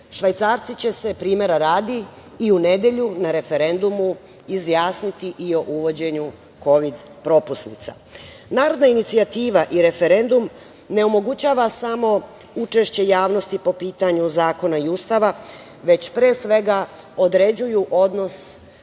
će se, primera radi i u nedelju, na referendumu izjasniti i o uvođenju kovid propusnica. Narodna inicijativa i referendum ne omogućava samo učešće javnosti po pitanju zakona i ustava, već pre svega određuju odnos